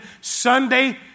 Sunday